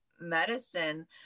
medicine